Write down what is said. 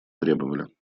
требовали